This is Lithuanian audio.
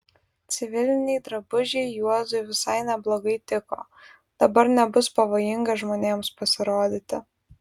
civiliniai drabužiai juozui visai neblogai tiko dabar nebus pavojinga žmonėms pasirodyti